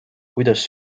kuidas